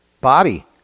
body